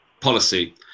policy